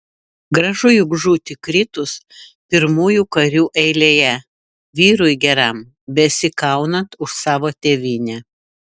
gražu juk žūti kritus pirmųjų karių eilėje vyrui geram besikaunant už savo tėvynę